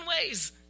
ways